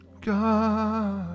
God